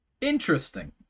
Interesting